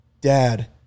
dad